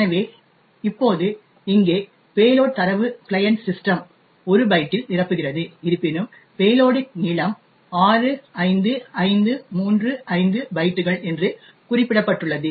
எனவே இப்போது இங்கே பேலோட் தரவு கிளையன்ட் சிஸ்டம் 1 பைட்டில் நிரப்புகிறது இருப்பினும் பேலோடின் நீளம் 65535 பைட்டுகள் என்று குறிப்பிடப்பட்டுள்ளது